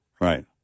Right